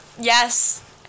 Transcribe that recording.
Yes